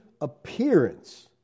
appearance